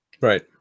Right